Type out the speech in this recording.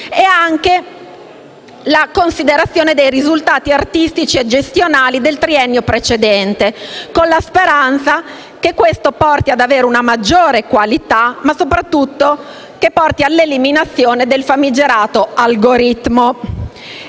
e anche la considerazione dei risultati artistici e gestionali del triennio precedente, con la speranza che questo porti ad avere una maggiore qualità, ma soprattutto che porti all'eliminazione del famigerato algoritmo.